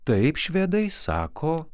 taip švedai sako